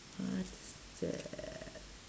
what is that